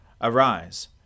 Arise